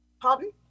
Pardon